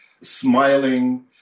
Smiling